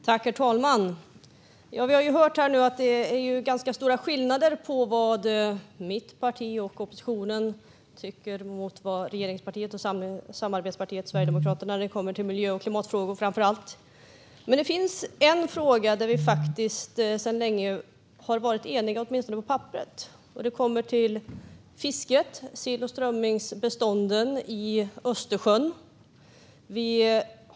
Herr talman! Vi har hört här att det är ganska stora skillnader på vad mitt parti och oppositionen tycker mot vad regeringspartierna och samarbetspartiet Sverigedemokraterna tycker när det gäller miljö och klimatfrågor. Det finns dock en fråga där vi länge har varit eniga, åtminstone på papperet, och det gäller fisket och sill och strömmingsbestånden i Östersjön.